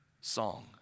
song